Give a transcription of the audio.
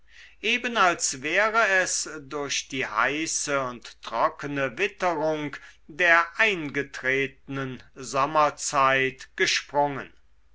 eben als wäre es durch die heiße und trockene witterung der eingetretenen sommerzeit gesprungen